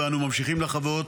ואנו ממשיכים לחוות,